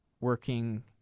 working